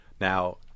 now